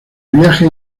viajes